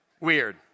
Weird